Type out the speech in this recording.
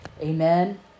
amen